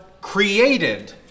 created